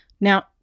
Now